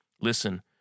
Listen